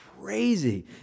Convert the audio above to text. crazy